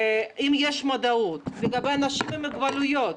האם יש מודעות לגבי אנשים עם מוגבלויות?